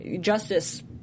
justice